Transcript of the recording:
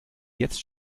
jetzt